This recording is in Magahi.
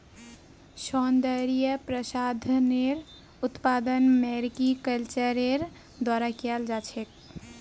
सौन्दर्य प्रसाधनेर उत्पादन मैरीकल्चरेर द्वारा कियाल जा छेक